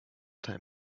time